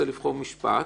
לבחור משפט,